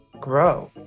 grow